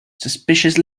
suspicious